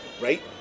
Right